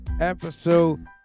episode